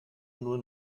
nur